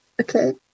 Okay